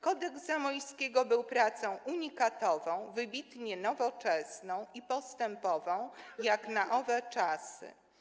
Kodeks Zamoyskiego” był pracą unikatową, wybitnie nowoczesną i postępową jak na owe czasy.